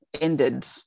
ended